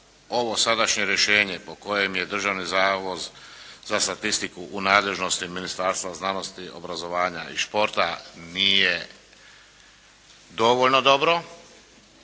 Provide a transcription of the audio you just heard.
ovo sadašnje rješenje po kojem je Državni zavod za statistiku u nadležnosti Ministarstva znanosti, obrazovanja i športa nije dovoljno dobro,